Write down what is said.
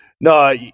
no